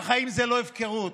והחיים זה לא הפקרות.